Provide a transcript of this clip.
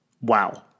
Wow